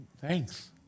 Thanks